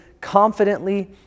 confidently